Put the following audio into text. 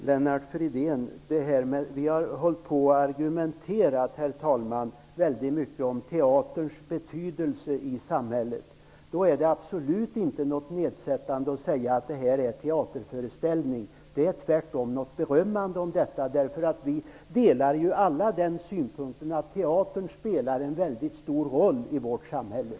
Herr talman! Vi har argumenterat väldigt mycket kring teaterns betydelse i samhället. Därför är det absolut inte nedsättande att säga att det här är en teaterföreställning. Tvärtom är det att uttala sig berömmande om detta. Vi menar ju alla att teatern spelar en väldigt stor roll i samhället.